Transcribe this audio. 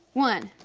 one.